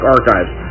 Archives